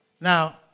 Now